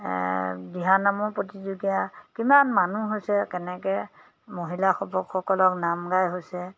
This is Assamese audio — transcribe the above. দিহানামৰ প্ৰতিযোগীতা কিমান মানুহ হৈছে কেনেকৈ মহিলাসৱকসকলক নাম গাই হৈছে